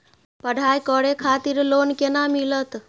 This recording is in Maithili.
पढ़ाई करे खातिर लोन केना मिलत?